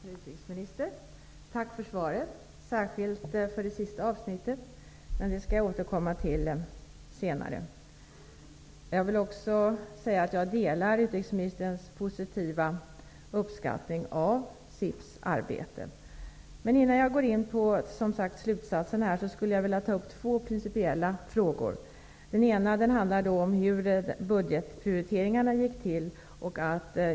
Fru talman! Fru utrikesminister! Tack för svaret, särskilt för det sista avsnittet, vilket jag skall återkomma till senare. Jag vill också säga att jag delar utrikesministerns positiva uppskattning av Innan jag går in på slutsatserna vill jag ta upp två principiella frågor. Den ena handlar om hur det gick till med budgetprioriteringarna.